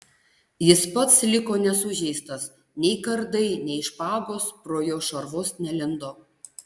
jis pats liko nesužeistas nei kardai nei špagos pro jo šarvus nelindo